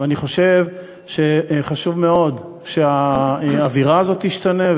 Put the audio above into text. ואני חושב שחשוב מאוד שהאווירה הזאת תשתנה,